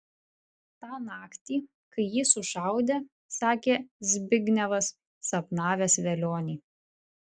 tą naktį kai jį sušaudė sakė zbignevas sapnavęs velionį